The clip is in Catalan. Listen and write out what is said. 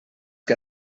que